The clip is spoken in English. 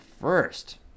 first